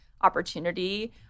opportunity